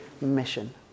mission